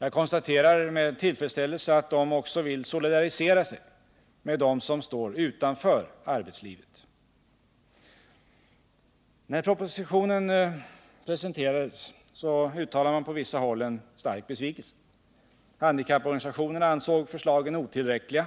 Jag konstaterar med tillfredsställelse att man också vill solidarisera sig med dem som står utanför arbetslivet. När propositionen presenterades uttalade man på vissa håll en stark besvikelse. Handikapporganisationerna ansåg förslagen otillräckliga,